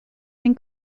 been